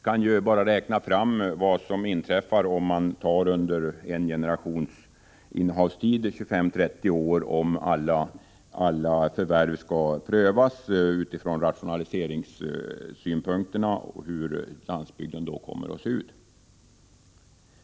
Man kan räkna ut hur landsbygden kommer att se ut om alla förvärv skall prövas ur rationaliseringssynpunkt under t.ex. 25-30 år, dvs. under en tid motsvarande en generations innehav.